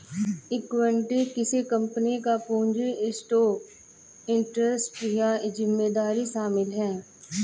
equity किसी company का पूंजी स्टॉक ट्रस्ट या साझेदारी शामिल है